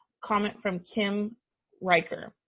comment from kim riker.